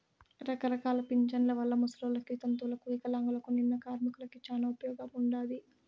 రకరకాల పింఛన్ల వల్ల ముసలోళ్ళకి, వితంతువులకు వికలాంగులకు, నిన్న కార్మికులకి శానా ఉపయోగముండాది